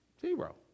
Zero